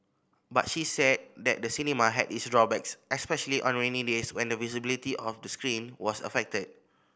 but she said that the cinema had its drawbacks especially on rainy days when the visibility of the screen was affected